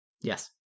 Yes